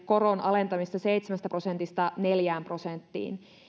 koron alentamista seitsemästä prosentista neljään prosenttiin